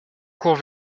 court